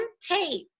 tape